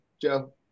Joe